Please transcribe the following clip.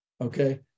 okay